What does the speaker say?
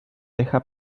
deja